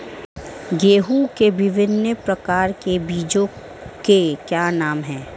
गेहूँ के विभिन्न प्रकार के बीजों के क्या नाम हैं?